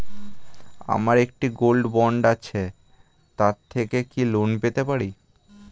আমার একটি gold bond আছে তার থেকে কি লোন পেতে পারি?